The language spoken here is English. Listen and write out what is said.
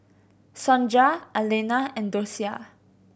Sonja Arlena and Docia